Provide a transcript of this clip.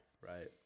Right